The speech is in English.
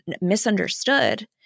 misunderstood